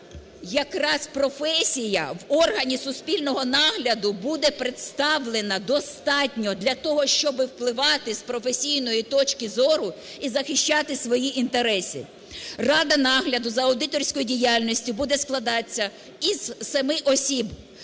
якраз професія в органі суспільного нагляду буде представлена достатньо для того, щоби впливати з професійної точки зору і захищати свої інтереси. Рада нагляду за аудиторською діяльністю буде складатися із 7 осіб: